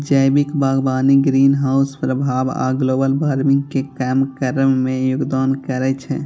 जैविक बागवानी ग्रीनहाउस प्रभाव आ ग्लोबल वार्मिंग कें कम करै मे योगदान करै छै